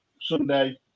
Sunday